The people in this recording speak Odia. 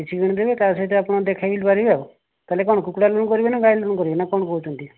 କିଛି କିଣିଦେବେ ତା ସହିତ ଆପଣ ଦେଖେଇ ପାରିବେ ଆଉ ତାହେଲେ କଣ କୁକୁଡ଼ା ଲୋନ କରିବା ନା ଗାଈ ଲୋନ କରିବେ ନା କଣ କହୁଛନ୍ତି